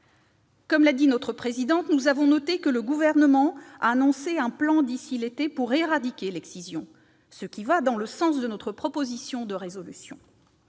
Comme l'a dit notre présidente, nous avons noté l'annonce par le Gouvernement d'un plan d'ici à l'été pour éradiquer l'excision, ce qui va dans le sens de notre proposition de résolution.